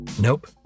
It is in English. Nope